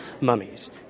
mummies